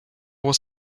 was